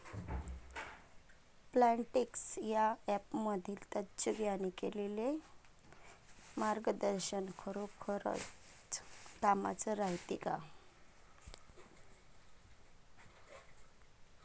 Plantix या ॲपमधील तज्ज्ञांनी केलेली मार्गदर्शन खरोखरीच कामाचं रायते का?